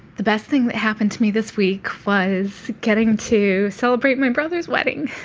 the best thing that happened to me this week was getting to celebrate my brother's wedding.